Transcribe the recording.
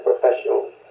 Professional